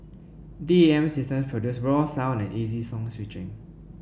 D A M systems produce raw sound and easy song switching